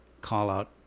call-out